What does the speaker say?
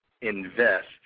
invest